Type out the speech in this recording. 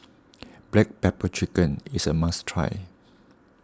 Black Pepper Chicken is a must try